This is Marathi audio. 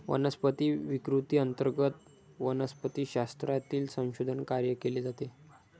वनस्पती विकृती अंतर्गत वनस्पतिशास्त्रातील संशोधन कार्य केले जाते